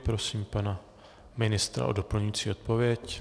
Prosím pana ministra o doplňující odpověď.